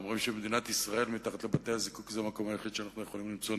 אומרים שהמקום היחיד שאנחנו יכולים למצוא